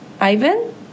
Ivan